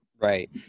Right